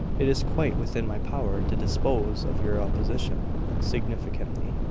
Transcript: it is quite within my power to dispose of your opposition significantly.